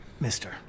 mister